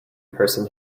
person